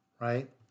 right